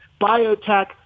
biotech